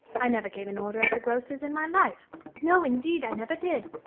i never gave an order at the grocer's in my life no, indeed i never did.